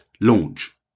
launch